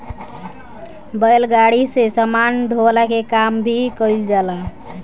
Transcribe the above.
बैलगाड़ी से सामान ढोअला के काम भी कईल जाला